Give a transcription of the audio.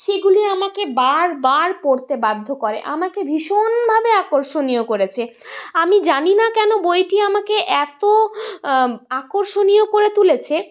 সেগুলি আমাকে বারবার পড়তে বাধ্য করে আমাকে ভীষণভাবে আকর্ষণীয় করেছে আমি জানি না কেন বইটি আমাকে এত আকর্ষণীয় করে তুলেছে